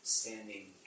standing